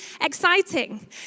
exciting